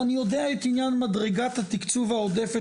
ואני יודע את עניין מדרגת התקצוב העודפת